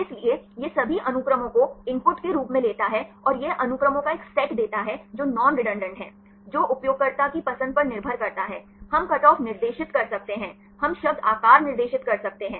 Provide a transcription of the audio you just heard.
इसलिए यह सभी अनुक्रमों को इनपुट के रूप में लेता है और यह अनुक्रमों का एक सेट देता है जो नॉन रेडंडान्त हैं जो उपयोगकर्ता की पसंद पर निर्भर करता है हम कट ऑफ निर्दिष्ट कर सकते हैं हम शब्द आकार निर्दिष्ट कर सकते हैं